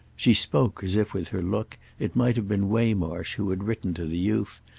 she spoke as if, with her look, it might have been waymarsh who had written to the youth,